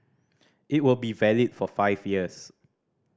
it will be valid for five years